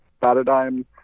paradigm